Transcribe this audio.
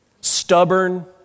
Stubborn